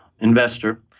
investor